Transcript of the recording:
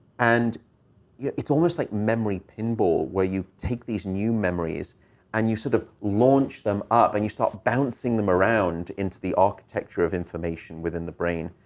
and yeah it's almost like memory pinball, where you take these new memories and you sort of launch them up, and you start bouncing them around into the architecture of information within the brain.